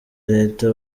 leta